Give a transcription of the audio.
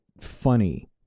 funny